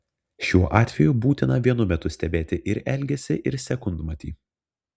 šiuo atveju būtina vienu metu stebėti ir elgesį ir sekundmatį